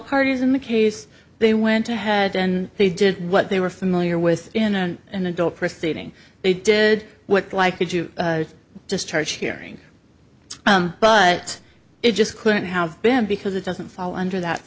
parties in the case they went ahead and they did what they were familiar with in an adult proceeding they did what like could you just charge hearing but it just couldn't have been because it doesn't fall under that